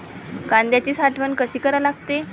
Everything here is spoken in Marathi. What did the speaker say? कांद्याची साठवन कसी करा लागते?